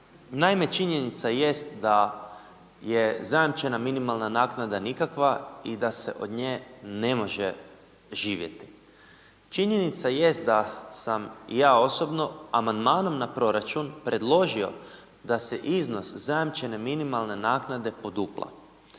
Naime, činjenica jest da je zajamčena minimalna naknada nikakva i da se od nje ne može živjeti. Činjenica jest da sam ja osobno amandmanom na proračun predložio da se iznos zajamčene minimalne naknade podupla.